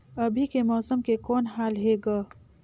अभी के मौसम के कौन हाल हे ग?